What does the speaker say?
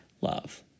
love